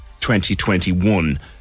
2021